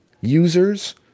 users